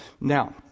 Now